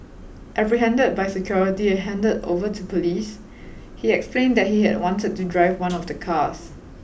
apprehended by security and handed over to police he explained that he had wanted to drive one of the cars